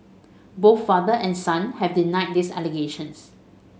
both father and son have denied these allegations